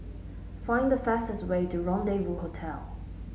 find the fastest way to Rendezvous Hotel